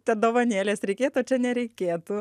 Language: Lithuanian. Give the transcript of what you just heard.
ten dovanėlės reikėtų o čia nereikėtų